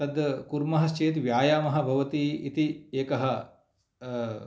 कुर्मः चेत् व्यायामः भवति इति एकः